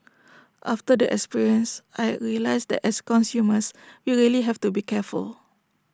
after the experience I realised that as consumers we really have to be careful